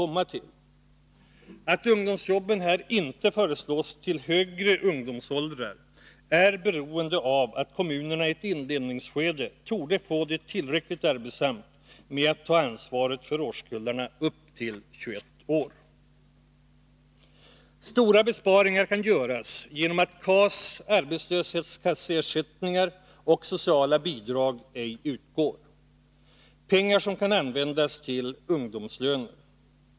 Anledningen till att vi här inte föreslår att ungdomsjobben skall omfatta även ungdom i högre åldrar är att kommunerna i ett inledningsskede torde få det tillräckligt arbetsamt med att ta ansvaret för årskullarna upp till 21 år. Stora besparingar kan göras genom att KAS, arbetslöshetskasseersättningar och sociala bidrag ej utgår. Dessa pengar kan användas till ungdomslöner.